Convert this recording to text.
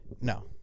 No